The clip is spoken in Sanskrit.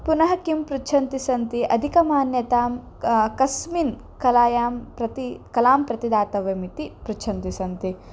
पुनः किं पृच्छन्ति सन्ति अधिकमान्यतां क कस्मिन् कलायां प्रति कलां प्रति दातव्यम् इति पृच्छन्ति सन्ति